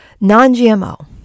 Non-GMO